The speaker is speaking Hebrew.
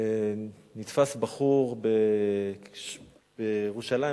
נתפס בחור בירושלים,